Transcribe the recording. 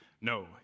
No